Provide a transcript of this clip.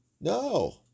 No